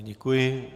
Děkuji.